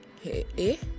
hey